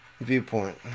viewpoint